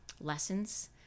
lessons